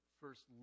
first